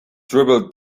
dribbled